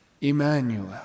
Emmanuel